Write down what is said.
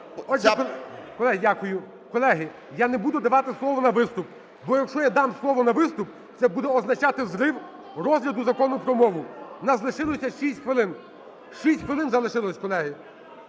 Колеги, я не буду давати слово на виступ. Бо якщо я дам слово на виступ, це буде означати зрив розгляду Закону про мову. В нас лишилося 6 хвилин, 6 хвилин залишилось, колеги.